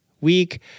week